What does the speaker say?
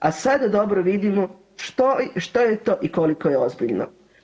A sada dobro vidimo što je to i koliko je ozbiljno.